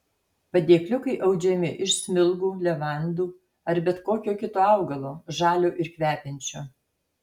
padėkliukai audžiami iš smilgų levandų ar bet kokio kito augalo žalio ir kvepiančio